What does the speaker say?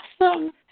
awesome